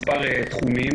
תחומים.